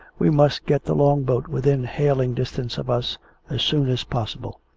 we must get the long-boat within hailing distance of us, as soon as possible.